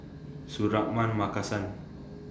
Suratman Markasan